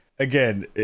Again